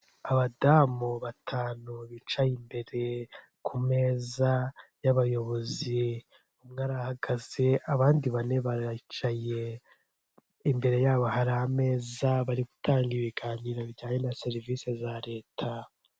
Abadamu batanu bicaye imbere ku meza y'abayobozi umwe arahagaze abandi bane baricaye, imbere y'abo hari ameza bari gutanga ibiganiro bijyanye na serivisi za leta.